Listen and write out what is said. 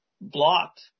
blocked